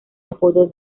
apodo